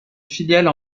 filiales